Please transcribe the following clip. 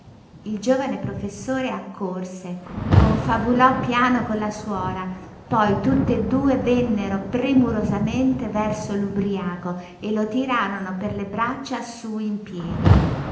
il giovane professore accorse confabulò piano con la suora poi tutt'e due vennero premurosamente verso l'ubriaco e lo tirarono per le braccia su in piedi